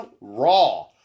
Raw